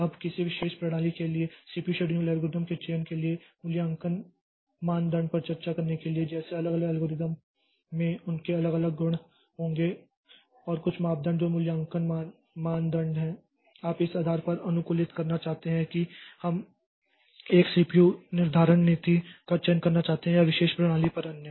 अब किसी विशेष प्रणाली के लिए सीपीयू शेड्यूलिंग एल्गोरिदम के चयन के लिए मूल्यांकन मानदंड पर चर्चा करने के लिए जैसे अलग अलग एल्गोरिदम में उनके अलग अलग गुण होंगे और कुछ मानदंड जो मूल्यांकन मानदंड आप इस आधार पर अनुकूलित करना चाहते हैं कि हम एक सीपीयू निर्धारण नीति का चयन करना चाहते हैं या विशेष प्रणाली पर अन्य